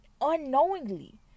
unknowingly